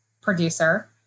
producer